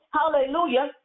hallelujah